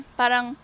parang